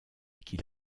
qu’il